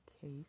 case